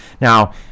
Now